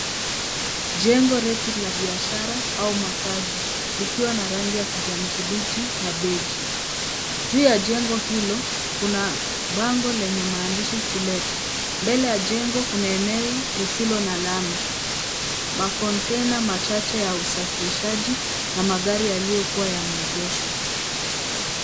Jengo kubwa la biashara au makazi likiwa na rangi ya kijani kibiji na beji, juu ya jengo hilo kuna bango lenye maandishi to let mbele ya jengo kuna eneo lisilo na lami. Makontena machache ya usafirishaji na magari yaliyokuwa yameegeshwa.